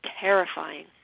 terrifying